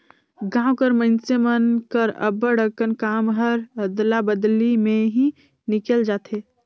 गाँव कर मइनसे मन कर अब्बड़ अकन काम हर अदला बदली में ही निकेल जाथे